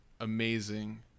amazing